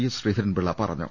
S Sreedharan Pillai പറഞ്ഞു